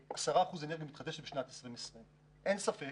10% אנרגיה מתחדשת בשנת 2020. אין ספק